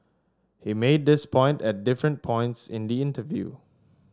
he made this point at different points in the interview